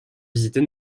visiter